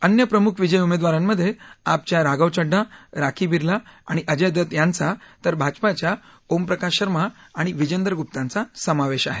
अन्य प्रमुख विजयी उमेदवारांमध्ये आपच्या राघव चढ्ढा राखी बिरला आणि अजय दत्त यांचा तर भाजपाच्या ओम प्रकाश शर्मा आणि विजेंदर गुप्तांचा समावेश आहे